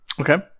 Okay